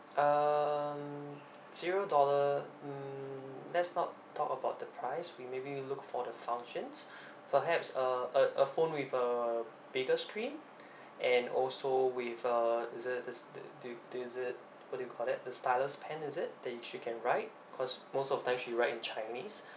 um zero dollar um let's not talk about the price we maybe we look for the functions perhaps uh a a phone with uh bigger screen and also with uh the the the this this uh what do you call that the stylus pen is it that she can write cause most of the time she write in chinese